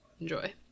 Enjoy